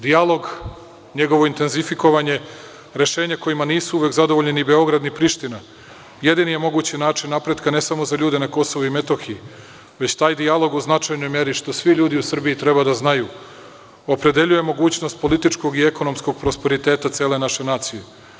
Dijalog, njegovo intenzifikovanje, rešenja kojima nisu uvek zadovoljni ni Beograd ni Priština, jedini je mogući način napretka, ne samo za ljude na Kosovu i Metohiji, već taj dijalog u značajnoj meri, što svi ljudi u Srbiji treba da znaju, opredeljuje mogućnost političkog i ekonomskog prosperiteta cele naše nacije.